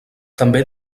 també